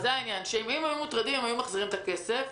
אם הם היו מוטרדים הם היו מחזירים את הכסף.